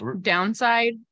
downside